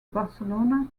barcelona